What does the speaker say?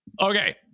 Okay